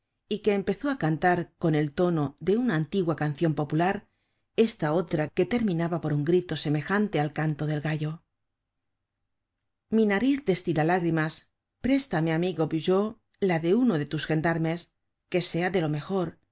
y que empezó á cantar con el tono de una antigua cancion popular esta otra que terminaba por un grito semejante al canto del gallo mi nariz destila lágrimas préstame amigo bugeaud la de uno de tus gendarmes que sea de lo mejor